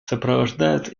сопровождают